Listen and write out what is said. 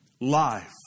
life